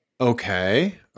Okay